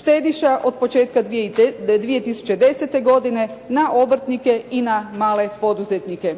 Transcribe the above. štediša od početka 2010. na obrtnike i na male poduzetnike.